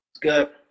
good